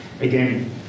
again